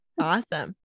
Awesome